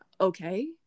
Okay